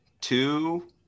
two